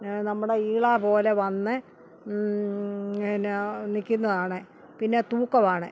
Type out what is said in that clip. നമ്മുടെ ഇളാ പോലെ വന്ന് ഇങ്ങനെ നിൽക്കുന്നതാണ് പിന്നെ തൂക്കവാണ്